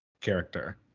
character